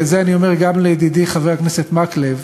ואת זה אני אומר גם לידידי חבר הכנסת מקלב,